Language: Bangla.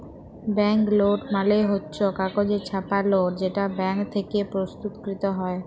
ব্যাঙ্ক লোট মালে হচ্ছ কাগজে ছাপা লোট যেটা ব্যাঙ্ক থেক্যে প্রস্তুতকৃত হ্যয়